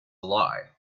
lie